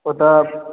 ओतऽ